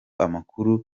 amakuru